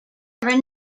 however